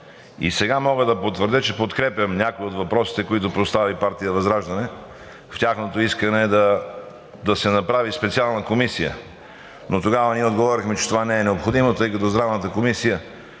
сега мога да потвърдя, че подкрепям някои от въпросите, които постави партия ВЪЗРАЖДАНЕ, и тяхното искане да се направи специална Комисия. Тогава ние отговорихме, че това не е необходимо, тъй като Здравната комисия